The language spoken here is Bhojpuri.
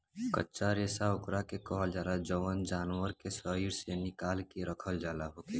कच्चा रेशा ओकरा के कहल जाला जवन जानवर के शरीर से निकाल के रखल होखे